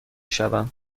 شوم